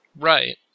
right